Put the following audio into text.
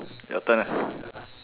your turn ah